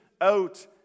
out